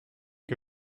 que